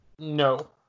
No